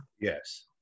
Yes